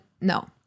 No